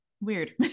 Weird